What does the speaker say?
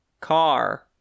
Car